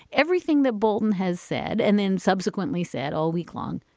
everything that bolton has said and then subsequently said all week long,